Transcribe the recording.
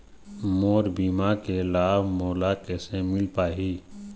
मोर बीमा के लाभ मोला कैसे मिल पाही?